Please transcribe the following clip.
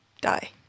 die